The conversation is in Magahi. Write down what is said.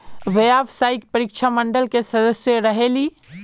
व्यावसायिक परीक्षा मंडल के सदस्य रहे ली?